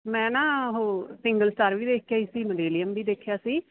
ਮੈਂ ਨਾ ਉਹ ਸਿੰਗਲ ਸਟਾਰ ਵੀ ਦੇਖ ਕੇ ਆਈ ਸੀ ਮਿਲੇਨੀਅਮ ਵੀ ਦੇਖਿਆ ਸੀ